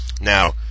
now